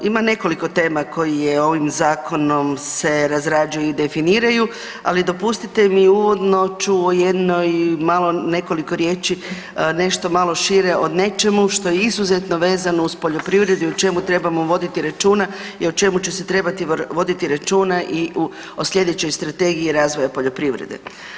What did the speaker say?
Ima nekoliko tema koje ovim zakonom se razrađuju i definiraju ali dopustite mi uvodno ču o jednoj malo nekoliko riječi nešto malo šire o nečemu što je izuzetno vezano uz poljoprivredu i o čemu trebamo voditi računa i o čemu će se trebati voditi računa i o slijedećoj strategiji razvoja poljoprivrede.